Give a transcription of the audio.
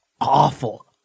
awful